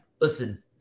listen